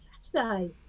Saturday